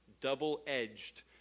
double-edged